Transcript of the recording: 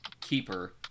keeper